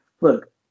Look